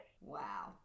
wow